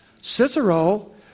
Cicero